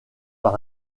par